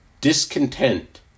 Discontent